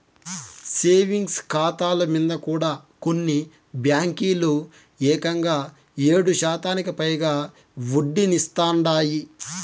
savings కాతాల మింద కూడా కొన్ని బాంకీలు కంగా ఏడుశాతానికి పైగా ఒడ్డనిస్తాందాయి